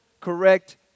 correct